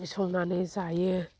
संनानै जायो